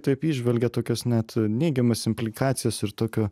taip įžvelgia tokias net neigiamas implikacijas ir tokio